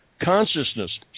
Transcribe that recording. Consciousness